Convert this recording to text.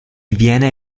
viene